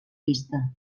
pista